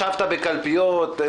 ישבת בקלפיות?